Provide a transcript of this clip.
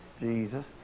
Jesus